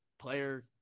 player